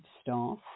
staff